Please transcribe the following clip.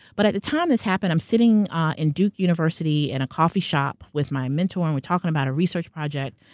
but at the time this happened, i'm sitting in duke university in a coffee shop with my mentor, and we're talking about a research project,